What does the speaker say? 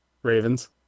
Ravens